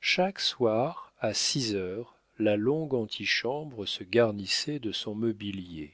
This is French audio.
chaque soir à six heures la longue antichambre se garnissait de son mobilier